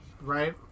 Right